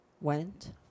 went